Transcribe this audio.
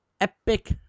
Epic